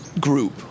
group